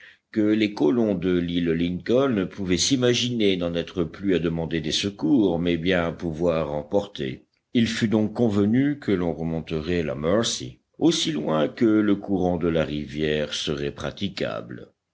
que les colons de l'île lincoln pouvaient s'imaginer n'en être plus à demander des secours mais bien à pouvoir en porter il fut donc convenu que l'on remonterait la mercy aussi loin que le courant de la rivière serait praticable